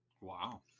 Wow